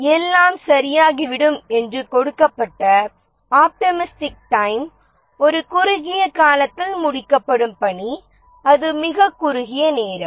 எல்லாம் சரியாகிவிடும் என்று கொடுக்கப்பட்ட ஆப்டிமிஸ்டிக் டைம் ஒரு குறுகிய காலத்தில் முடிக்கப்படும் பணி அது மிகக் குறுகிய நேரம்